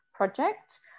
Project